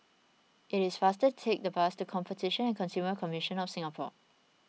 it is faster to take the bus to Competition and Consumer Commission of Singapore